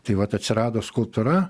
tai vat atsirado skulptūra